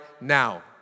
now